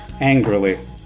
angrily